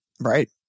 right